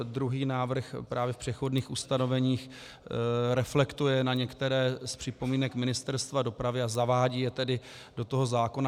Druhý návrh právě v přechodných ustanoveních reflektuje některé z připomínek Ministerstva dopravy a zavádí je do zákona.